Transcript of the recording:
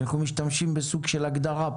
אנחנו משתמשים כאן בסוג של הגדרה.